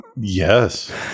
Yes